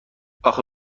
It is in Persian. آخه